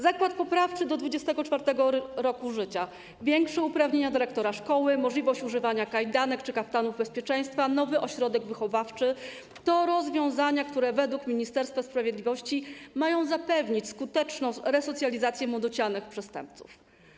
Zakład poprawczy do 24. roku życia, większe uprawnienia dyrektora szkoły, możliwość używania kajdanek i kaftanów bezpieczeństwa, nowy ośrodek wychowawczy - to rozwiązania, które według Ministerstwa Sprawiedliwości mają zapewnić skuteczną resocjalizację młodocianych przestępców.